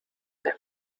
their